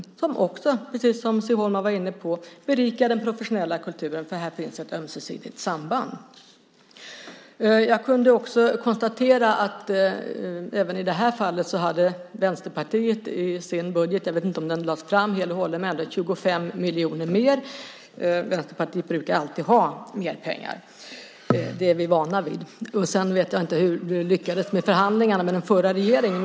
Den berikar också, precis som Siv Holma var inne på, den professionella kulturen. Här finns ett ömsesidigt samband. Jag kunde också konstatera att Vänsterpartiet även i det här fallet i sin budget - jag vet inte om den lades fram hel och hållen - hade 25 miljoner mer. Vänsterpartiet brukar alltid ha mer pengar. Det är vi vana vid. Sedan vet jag inte hur man lyckades med förhandlingarna med den förra regeringen.